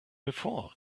before